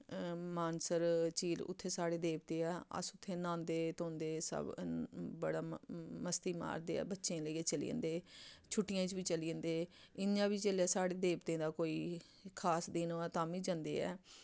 मानसर झील उत्थै साढ़े देवते ऐ अस उत्थै न्हांदे धोंदें सब बड़ा मस्ती मारदे ऐ बच्चें गी लेइयै चली जंदे छुट्टियें च बी चली जंदे इ'यां बी जिसलै साढ़े देवतें दा कोई खास दिन होऐ तां बी जंदे ऐ